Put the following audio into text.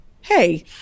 Hey